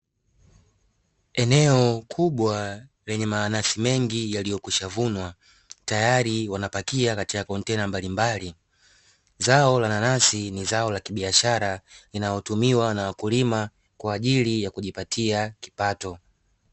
Eneo kubwa lenye mananasi mengi yaliyokwisha vunwa tayari wanapakia katika kontena mbalimbali. Zao la nanasi ni zao la kibiashara linalotumiwa na wakulima kwa ajili ya kujipatia kipato.